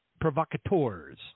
provocateurs